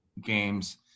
games